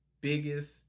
biggest